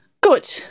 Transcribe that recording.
good